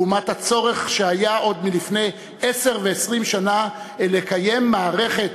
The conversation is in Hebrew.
לעומת הצורך שהיה עוד לפני עשר ו-20 שנה לקיים מערכת